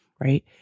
Right